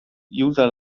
user